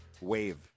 wave